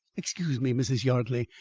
excuse me, mrs. yardley,